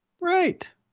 Right